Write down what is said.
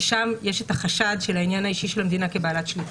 ששם יש את החשד של העניין האישי של המדינה כבעלת שליטה.